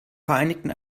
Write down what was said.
vereinigten